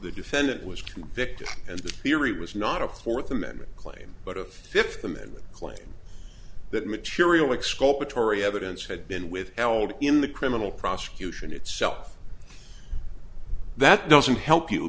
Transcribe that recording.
the defendant was convicted and the theory was not a fourth amendment claim but a fifth amendment claim that material exculpatory evidence had been withheld in the criminal prosecution itself that doesn't help you